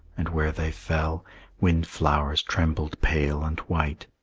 and where they fell windflowers trembled pale and white.